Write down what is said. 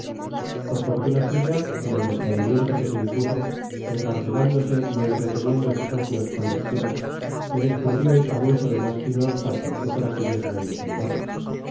por fortuna suya en el retraimiento que se impuso encarcelándose y entreteniendo sus ocios con lecturas le descubrió el sabueso de más fino olfato que por aquellos reinos andaba